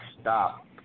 stop